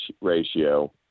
ratio